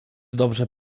dobrze